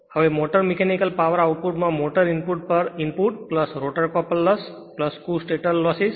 હવે motor mechanical power આઉટપુટમાં motor input પર ઇનપુટ રોટર કપલ લોસ કુલ સ્ટેટર લોસિસ